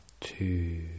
Two